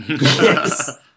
Yes